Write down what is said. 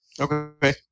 Okay